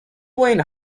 lane